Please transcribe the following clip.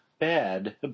bad